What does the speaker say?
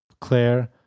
Claire